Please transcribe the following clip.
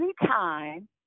Anytime